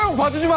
ah wanted